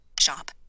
Shop